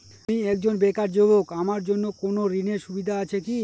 আমি একজন বেকার যুবক আমার জন্য কোন ঋণের সুবিধা আছে কি?